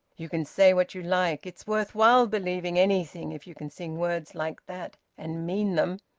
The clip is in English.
you can say what you like. it's worth while believing anything, if you can sing words like that and mean them!